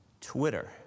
Twitter